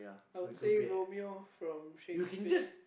I would say Romeo from Shakespeare